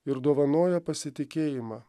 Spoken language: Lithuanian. ir dovanoja pasitikėjimą